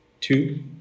Two